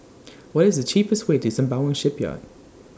What IS The cheapest Way to Sembawang Shipyard